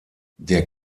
der